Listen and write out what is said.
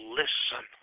listen